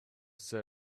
there